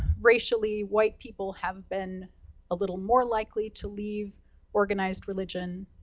racially, white people have been a little more likely to leave organized religion.